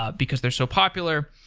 ah because they're so popular.